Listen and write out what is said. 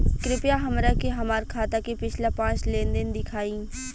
कृपया हमरा के हमार खाता के पिछला पांच लेनदेन देखाईं